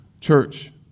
Church